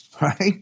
Right